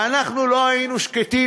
ואנחנו לא היינו שקטים,